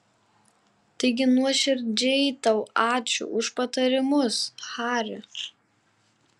taigi nuoširdžiai tau ačiū už patarimus hari